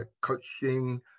coaching